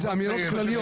אלה אמירות כלליות.